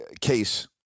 case